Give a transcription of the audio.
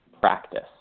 practice